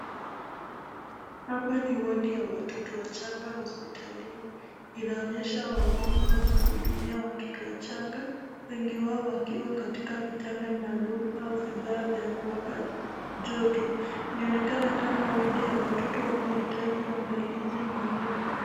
Hapa ni wodi ya watoto wachanga hospitalini. Inaonyesha wauguzi wakihudumia watoto wachanga, wengi wao wakiwa katika vitanda maalum au vifaa vya kuwapa joto. Inaonekana kama wodi ya watoto wanaoitaji uangalizi maalum.